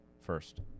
first